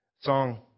Song